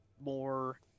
more